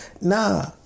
Nah